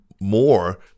more